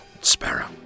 Sparrow